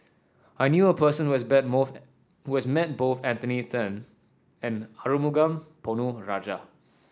I knew a person who has who has met both Anthony Then and Arumugam Ponnu Rajah